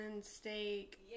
steak